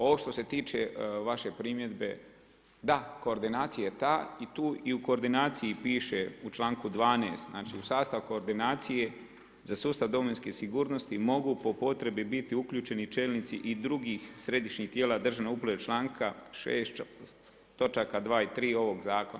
Ovo što se tiče vaše primjedbe, da koordinacija je ta i tu i u koordinaciji piše u čl.12., znači u sastav koordinacije za sustav domovinske sigurnosti, mogu po potrebi biti uključeni čelnici i drugih središnjih tijela države uprave članka … točaka 2 i 3 ovog zakona.